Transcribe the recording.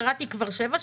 וקראתי כבר שבע,